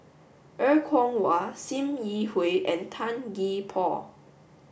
Er Kwong Wah Sim Yi Hui and Tan Gee Paw